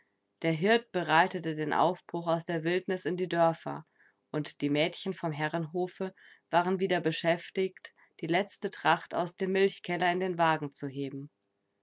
der hirt bereitete den aufbruch aus der wildnis in die dörfer und die mädchen vom herrenhofe waren wieder beschäftigt die letzte tracht aus dem milchkeller in den wagen zu heben